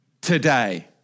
today